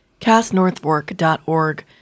CastNorthWork.org